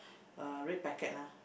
a red packet lah